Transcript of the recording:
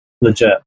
legit